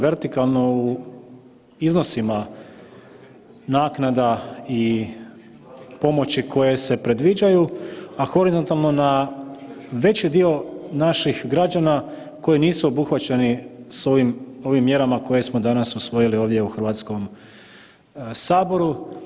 Vertikalno u iznosima naknada i pomoći koje se predviđaju, a horizontalno na veći dio naših građana koji nisu obuhvaćeni s ovim mjerama koje smo danas usvojili ovdje u HS-u.